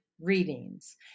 readings